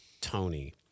Tony